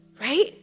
right